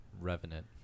Revenant